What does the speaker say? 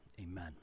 Amen